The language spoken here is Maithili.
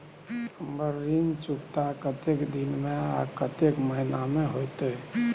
हमर ऋण चुकता कतेक दिन में आ कतेक महीना में होतै?